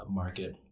market